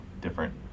different